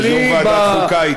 יו"ר ועדת חוקה,